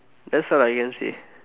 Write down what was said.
that's all I can say